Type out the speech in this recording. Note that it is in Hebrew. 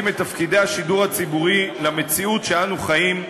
את תפקידי השידור הציבורי למציאות שאנו חיים בה